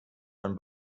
von